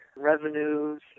revenues